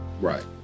Right